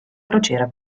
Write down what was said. crociera